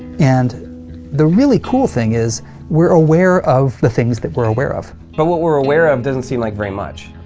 and the really cool thing is we're aware of the things that we're aware of. but what we're aware of doesn't seem like very much.